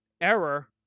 error